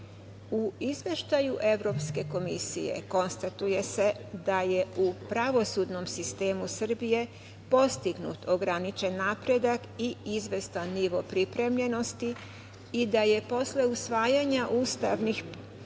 Izveštaju Evropske komisije konstatuje se da je u pravosudnom sistemu Srbije postignut ograničen napredak i izvestan nivo pripremljenosti i da je posle usvajanja ustavnih